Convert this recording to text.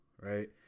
right